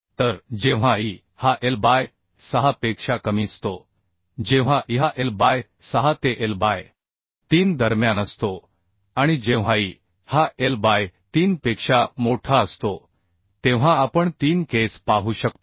तर जेव्हा e हा l बाय 6 पेक्षा कमी असतो जेव्हा eहा l बाय 6 ते l बाय 3 दरम्यान असतो आणि जेव्हाe हा l बाय 3 पेक्षा मोठा असतो तेव्हा आपण तीन केस पाहू शकतो